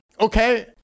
okay